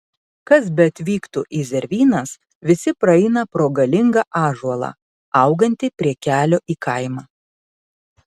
kas beatvyktų į zervynas visi praeina pro galingą ąžuolą augantį prie kelio į kaimą